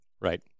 Right